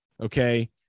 Okay